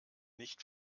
nicht